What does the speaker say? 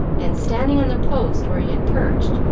and, standing on the post where he had perched,